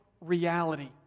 reality